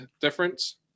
difference